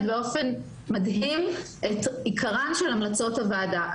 באופן מדהים את עיקרן של המלצות הוועדה.